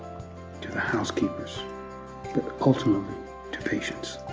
to the housekeepers, but ultimately to patients.